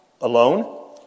alone